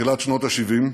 בתחילת שנות ה-70,